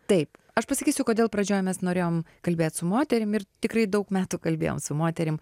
taip aš pasakysiu kodėl pradžioj mes norėjom kalbėt su moterim ir tikrai daug metų kalbėjom su moterim